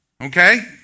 Okay